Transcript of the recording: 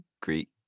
Greek